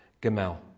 Gamel